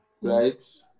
Right